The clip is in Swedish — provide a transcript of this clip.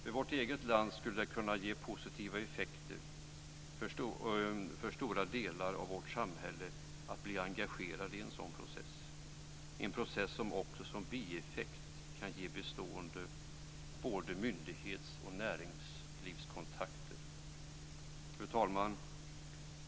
I vårt eget land skulle det kunna ge positiva effekter för stora delar av vårt samhälle att bli engagerad i en sådan process, en process som också som bieffekt kan ge bestående både myndighets och näringslivskontakter. Fru talman!